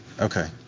Okay